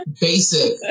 Basic